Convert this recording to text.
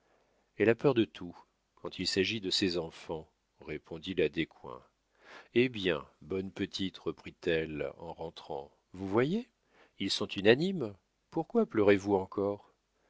elle a peur de tout quand il s'agit de ses enfants répondit la descoings eh bien bonne petite reprit-elle en rentrant vous voyez ils sont unanimes pourquoi pleurez-vous encore